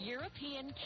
European